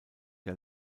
der